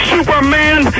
Superman